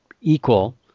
equal